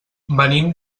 venim